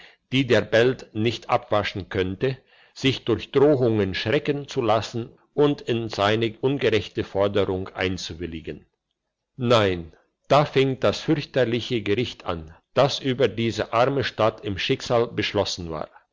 die der belt nicht abwaschen könnte sich durch drohungen schrecken zu lassen und in seine ungerechten forderungen einzuwilligen nein da fing das fürchterliche gericht an das über diese arme stadt im schicksal beschlossen war